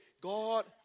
God